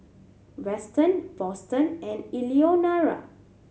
Weston Boston and Eleonora